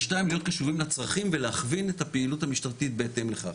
ושתיים להיות קשובים לצרכים ולהכווין את הפעילות המשטרתית בהתאם לכך.